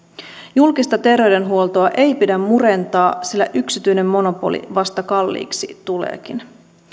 julkista terveydenhuoltoa ei pidä murentaa sillä yksityinen monopoli vasta kalliiksi tuleekin